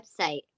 website